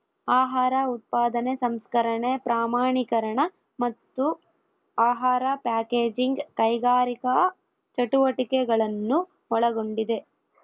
ಆಹಾರ ಉತ್ಪಾದನೆ ಸಂಸ್ಕರಣೆ ಪ್ರಮಾಣೀಕರಣ ಮತ್ತು ಆಹಾರ ಪ್ಯಾಕೇಜಿಂಗ್ ಕೈಗಾರಿಕಾ ಚಟುವಟಿಕೆಗಳನ್ನು ಒಳಗೊಂಡಿದೆ